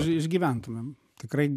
išgyventumėm tikrai